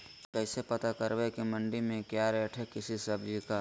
कैसे पता करब की मंडी में क्या रेट है किसी सब्जी का?